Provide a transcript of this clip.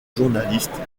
journalistes